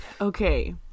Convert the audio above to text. Okay